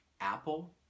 apple